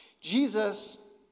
Jesus